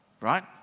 right